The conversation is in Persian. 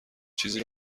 چیزی